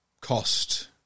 cost